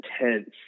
intense